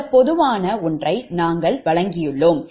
இந்த பொதுவான ஒன்றை நாங்கள் வழங்கியுள்ளோம்